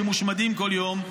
שמושמדים כל יום.